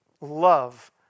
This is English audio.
love